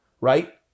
right